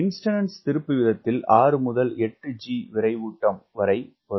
instantaneous திருப்பு வீதத்தில் 6 8g விரைவுட்டம் வரை வரும்